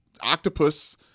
octopus